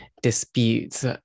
disputes